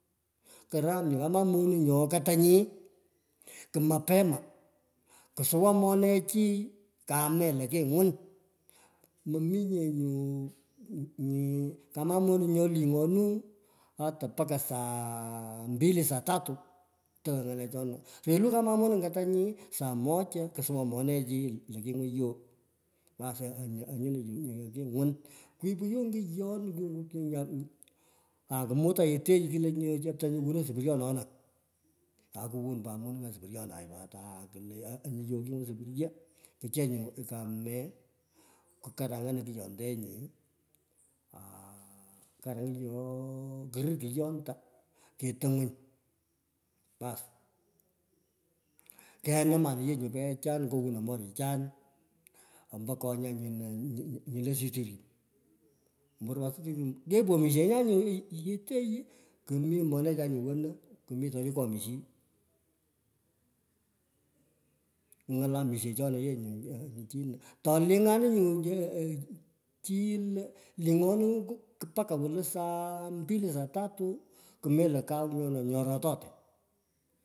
Korum nyu kama moning nyo katanyi i kunupeni kusowaa manechi matany kamee lo kigwan mominye nyu kama moning linganuy ata mpaka mbili saa tutu, toghoi ngalechona. Yomei kama moning katanyi saa moja kusuwaa monechi kimii. Bas anyino. Kumpu yoo ngiyon kwith, aku muta yetei kleach chestanyi, wuno sopuryonona akowan put menengan supuryonana pat anyii yoo kewunon. Sopuryo kucheny мnyu kamee kukarangan angiyontenyii arah kar angiyoon nguyendo. Kituwit, bos keyanami nyu paghechan kewunon merichan ombo kongur menechai lo kumiteni. kwomishiyi nyonu ye omishochoye lo ochono ato ling'ani yoo chi lo lingenoyi mpaka weng'enole saa mbili saa tutu komelo kau nyoni nyo ng'orototoo.